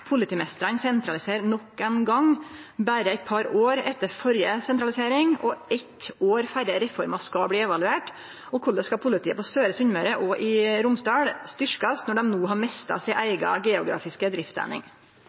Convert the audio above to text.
sentralisere nok ein gong berre eit par år etter førre sentralisering og eitt år før reforma skal evaluerast, og korleis skal politiet på Søre Sunnmøre og i Romsdal styrkast når dei no har mista si